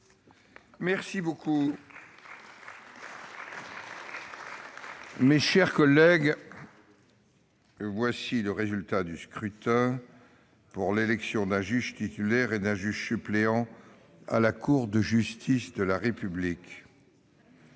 de sens. Mes chers collègues, voici le résultat du scrutin pour l'élection d'un juge titulaire et d'un juge suppléant à la Cour de justice de la République